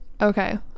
Okay